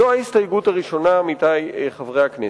זו ההסתייגות הראשונה, עמיתי חברי הכנסת.